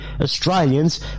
Australians